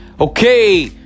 Okay